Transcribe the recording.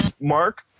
mark